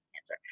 cancer